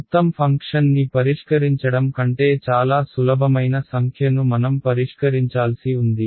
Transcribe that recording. మొత్తం ఫంక్షన్ని పరిష్కరించడం కంటే చాలా సులభమైన సంఖ్యను మనం పరిష్కరించాల్సి ఉంది